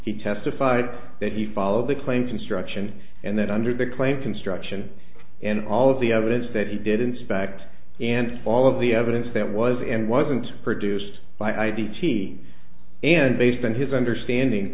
he testified that he followed the claim construction and then under the claim construction and all of the evidence that he did inspect and all of the evidence that was and wasn't produced by id t and based on his understanding